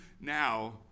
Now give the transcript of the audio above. now